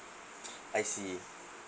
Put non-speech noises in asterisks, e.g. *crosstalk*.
*noise* I see